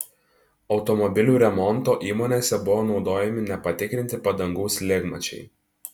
automobilių remonto įmonėse buvo naudojami nepatikrinti padangų slėgmačiai